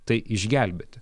tai išgelbėti